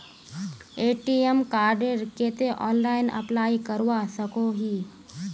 ATM कार्डेर केते online apply करवा सकोहो ही?